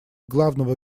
главного